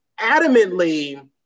adamantly